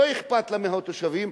לא אכפת לה מהתושבים,